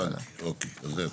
זו התשובה.